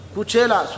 Kuchela